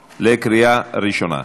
ראשונה,